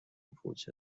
پوچ